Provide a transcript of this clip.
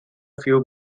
few